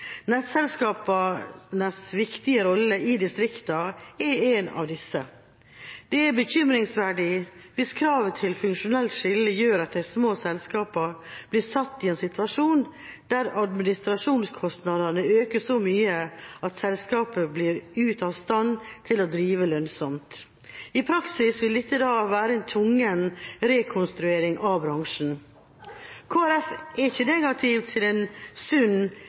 Nettselskapenes viktige rolle i distriktene er en av disse. Det er bekymringsfullt hvis kravet til funksjonelt skille gjør at de små selskapene blir satt i en situasjon der administrasjonskostnadene øker så mye at selskapet blir ute av stand til drive lønnsomt. I praksis vil dette da være en tvungen restrukturering av bransjen. Kristelig Folkeparti er ikke negativ til en sunn